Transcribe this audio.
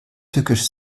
tückisch